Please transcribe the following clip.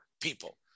people